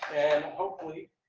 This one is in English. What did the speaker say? and hopefully